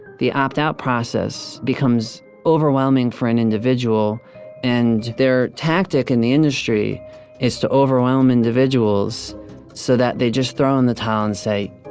the opt out process becomes overwhelming for an individual and their tactic in the industry is to overwhelm individuals so that they just throw in the towel and say,